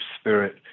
spirit